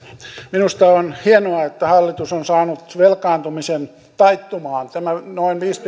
minusta on hienoa että hallitus on saanut velkaantumisen taittumaan tämä noin viisi